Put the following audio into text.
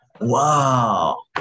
Wow